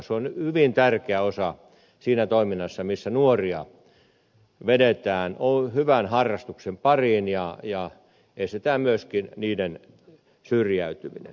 se on hyvin tärkeä osa siinä toiminnassa missä nuoria vedetään hyvän harrastuksen pariin ja estetään myöskin heidän syrjäytymisensä